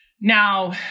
now